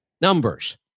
numbers